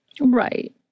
Right